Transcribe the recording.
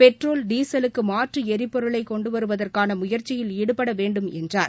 petrol டீசலுக்குமாற்றுஎரிபொருளைகொண்டுவருவதற்கானமுயற்சியில் ஈடுபடவேண்டும் என்றார்